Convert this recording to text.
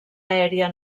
aèria